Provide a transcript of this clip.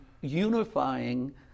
unifying